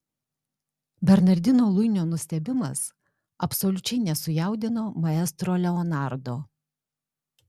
bernardino luinio nustebimas absoliučiai nesujaudino maestro leonardo